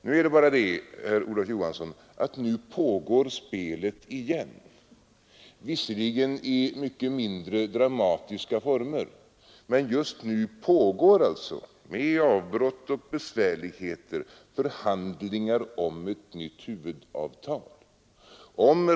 Nu är det bara det, herr Olof Johansson, att nu pågår spelet igen, låt vara i mycket mindre dramatiska former; just nu pågår alltså, med avbrott och besvärligheter, förhandlingar om ett nytt huvudavtal.